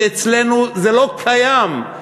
ואצלנו זה לא קיים,